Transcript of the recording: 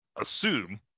assume